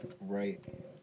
Right